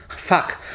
Fuck